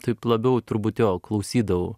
taip labiau turbūt jo klausydavau